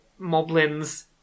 Moblins